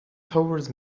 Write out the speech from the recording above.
towards